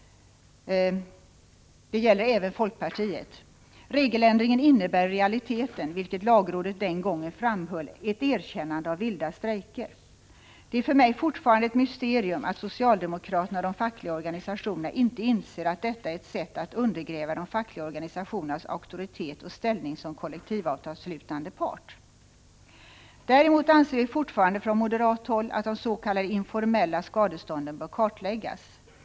Det gäller även folkpartiet. Regeländringen innebär i realiteten, vilket lagrådet den gången framhöll, ett erkännande av vilda strejker. Det är för mig fortfarande ett mysterium att socialdemokraterna och de fackliga organisationerna inte inser att detta är ett sätt att undergräva de fackliga organisationernas auktoritet och ställning som kollektivavtalsslutande part. Vi anser fortfarande från moderat håll att de s.k. informella skadestånden bör kartläggas.